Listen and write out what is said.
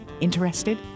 Interested